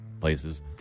places